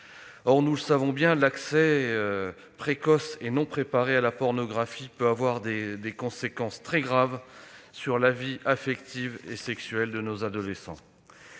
Or nous savons bien que l'accès précoce et non préparé à la pornographie peut emporter des conséquences très graves sur la vie affective et sexuelle de nos adolescents.